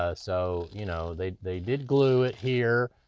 ah so, you know they they did glue it here,